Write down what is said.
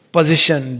Position